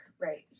right